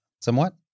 somewhat